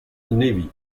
navy